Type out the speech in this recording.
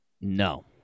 No